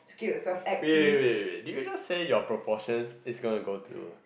wait wait wait wait did you just say your proportions is going to go to